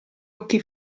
occhi